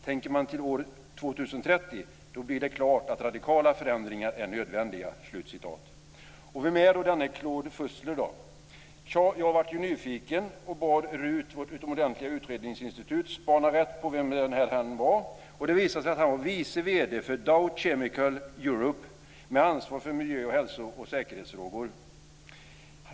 Tänker man till år 2030, då blir det klart, att radikala förändringar är nödvändiga." Vem är då denne Claude Fussler? Tja, jag blev nyfiken och bad RUT, vårt utomordentliga utredningsinstitut, spana rätt på vem den här herrn är. Det visade sig att han är vice vd för Dow Chemical Europe med ansvar för miljö-, hälso och säkerhetsfrågor.